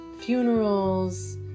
funerals